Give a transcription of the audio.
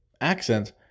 Accent